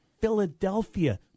Philadelphia